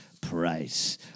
Price